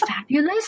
fabulous